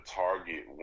target